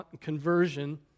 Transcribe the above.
conversion